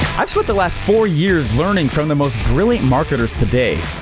i spent the last four years learning from the most brilliant marketers today.